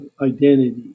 identity